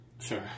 Sure